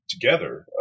together